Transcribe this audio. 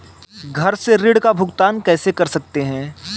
घर से ऋण का भुगतान कैसे कर सकते हैं?